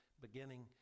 beginning